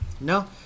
No